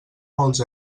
molts